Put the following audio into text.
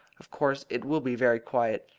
of course it will be very quiet,